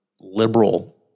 liberal